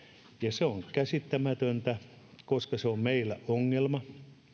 se on käsittämätöntä koska se on meillä ongelma